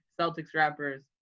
Celtics-Rappers